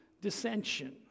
dissension